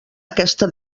aquesta